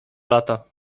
lata